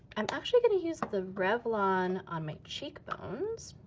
i'm actually gonna use the revlon on my cheekbones.